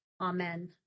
Amen